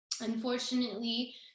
Unfortunately